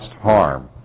harm